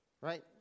Right